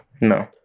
No